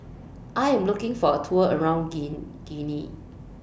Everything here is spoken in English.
I Am looking For A Tour around Guinea